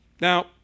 Now